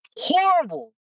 horrible